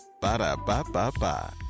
Ba-da-ba-ba-ba